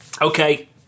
Okay